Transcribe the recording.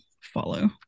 follow